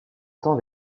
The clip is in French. temps